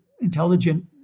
intelligent